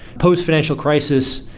post-financial crisis,